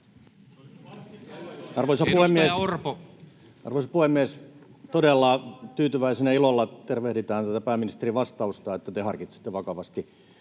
Arvoisa puhemies! Todella tyytyväisenä ja ilolla tervehditään tätä pääministerin vastausta, että te harkitsette vakavasti